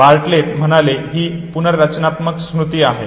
Bartlett म्हणाले की ही पुनर्रचनात्मक स्मृती आहे